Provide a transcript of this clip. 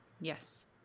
Yes